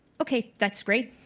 okay, that's great.